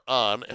on